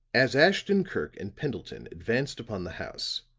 as ashton-kirk and pendleton advanced upon the house,